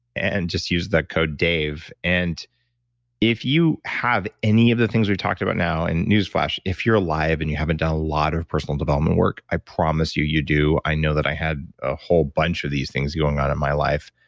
and just use the code dave. and if you have any of the things we've talked about now, and newsflash, if you're alive and you haven't done a lot of personal development work, i promise you, you do. i know that i had a whole bunch of these things going on in my life.